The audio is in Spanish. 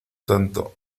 tanto